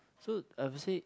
so I will say